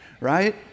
right